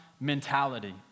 mentality